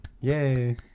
yay